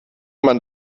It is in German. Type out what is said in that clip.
man